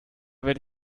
werde